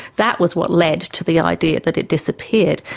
that was what led to the idea that it disappeared.